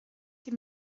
die